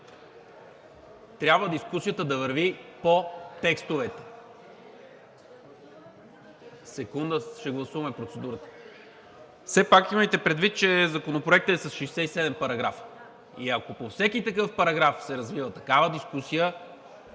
трябва дискусията да върви по текстовете. Секунда, ще гласуваме процедурата. Все пак имайте предвид, че Законопроектът е с 67 параграфа и ако по всеки такъв параграф се развива такава дискусия,